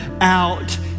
out